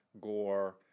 gore